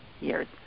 years